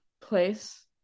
place